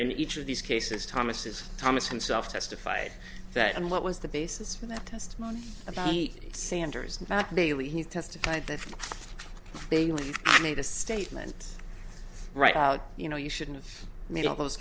in each of these cases thomas thomas himself testified that and what was the basis for that testimony about sanders in fact bailey he testified that they made a statement right out you know you shouldn't have made all those